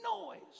Noise